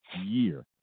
year